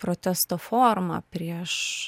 protesto forma prieš